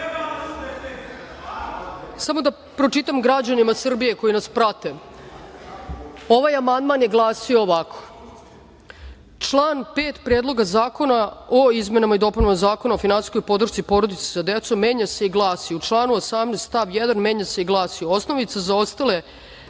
Samo da pročitam građanima Srbije koji nas prate. Ovaj amandman je glasio ovako: „Član 5. Predloga zakona o izmenama i dopunama Zakona o finansijskoj podršci porodici sa decom menja se i glasi: U članu 18. stav 1. menja se i glasi: Osnovica za ostale